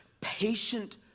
patient